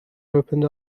opened